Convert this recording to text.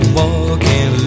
walking